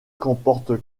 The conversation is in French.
comporte